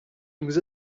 nous